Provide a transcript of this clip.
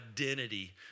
identity